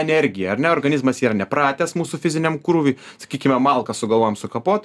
energija ar ne organizmas yra nepratęs mūsų fiziniam krūviui sakykime malkas sugalvojom sukapot